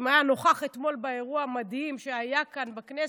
אם היה נוכח אתמול באירוע המדהים שהיה כאן בכנסת,